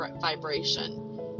vibration